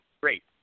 Great